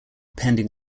pending